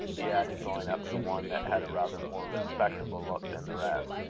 he added, going up to one that had a rather more respectable look than the rest.